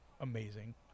amazing